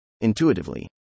Intuitively